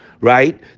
right